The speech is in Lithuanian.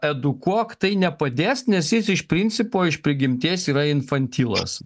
edukuok tai nepadės nes jis iš principo iš prigimties yra infantilas